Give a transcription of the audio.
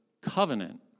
covenant